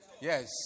Yes